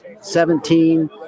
seventeen